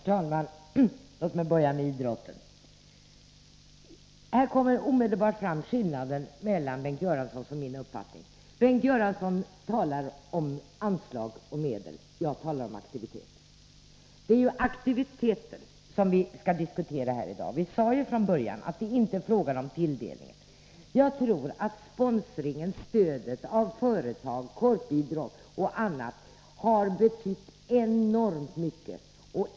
Herr talman! Låt mig börja med idrotten. Här kommer omedelbart skillnaden mellan Bengt Göranssons och min uppfattning fram. Bengt Göransson talar om anslag och medel, jag talar om aktiviteter. Det är aktiviteter som vi skall diskutera här i dag. Vi sade från början att det inte är fråga om tilldelningen. Jag tror att sponsorverksamheten, stödet av företag, korpidrott och annat har betytt enormt mycket.